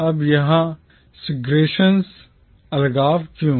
अब यह segregation अलगाव क्यों